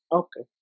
okay